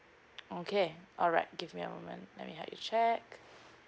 okay alright give me a moment let me help you checked